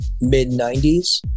mid-90s